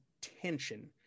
tension